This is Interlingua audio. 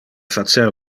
facer